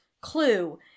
clue